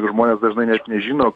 žmonės dažnai net nežino